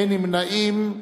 אין נמנעים.